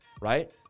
right